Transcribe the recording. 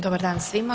Dobar dan svima!